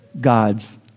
God's